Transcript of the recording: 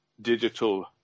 digital